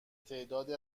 تعداد